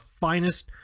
finest